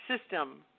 system